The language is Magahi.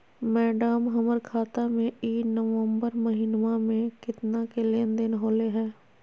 मैडम, हमर खाता में ई नवंबर महीनमा में केतना के लेन देन होले है